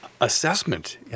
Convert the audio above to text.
Assessment